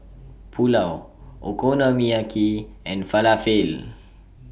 Pulao Okonomiyaki and Falafel